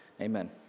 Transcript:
Amen